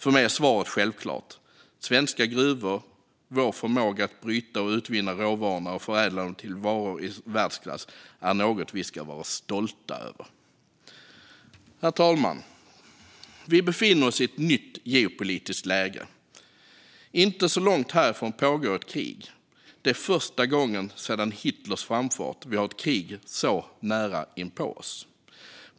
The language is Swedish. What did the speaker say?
För mig är svaret självklart: Svenska gruvor och vår förmåga att bryta och utvinna råvarorna och förädla dem till varor i världsklass är något vi ska vara stolta över. Herr talman! Vi befinner oss i ett nytt geopolitiskt läge. Inte särskilt långt härifrån pågår ett krig. Det är första gången sedan Hitlers framfart som vi har ett krig så nära inpå oss.